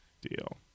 deal